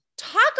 talk